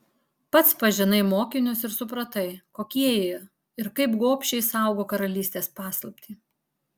pats pažinai mokinius ir supratai kokie jie ir kaip gobšiai saugo karalystės paslaptį